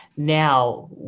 Now